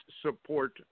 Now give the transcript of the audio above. support